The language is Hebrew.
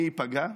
מי ייפגע?